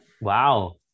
Wow